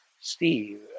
Steve